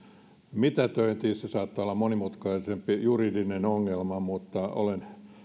mitätöintiin se saattaa olla monimutkaisempi juridinen ongelma mutta olen